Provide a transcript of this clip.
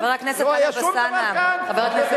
לא היה שום דבר כאן?